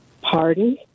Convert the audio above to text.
Pardon